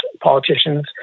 politicians